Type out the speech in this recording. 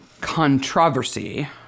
controversy